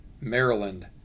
Maryland